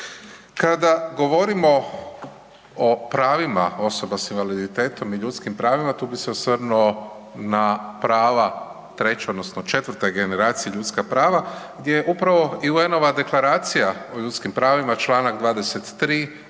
Kada govorimo o pravima osoba sa invaliditetom i ljudskim pravima, tu bi se osvrnuo na prav treće odnosno četvrte generacije ljudskih prava gdje upravo i UN-ova Deklaracija o ljudskim pravima, čl. 23.